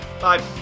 Bye